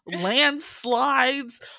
landslides